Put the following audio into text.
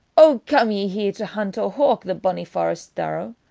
o come ye here to hunt or hawk the bonny forest thorough?